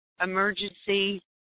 emergency